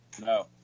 No